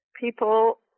people